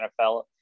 NFL